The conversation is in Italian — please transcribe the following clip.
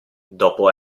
dopo